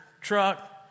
truck